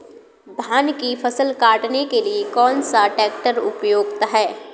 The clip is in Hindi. धान की फसल काटने के लिए कौन सा ट्रैक्टर उपयुक्त है?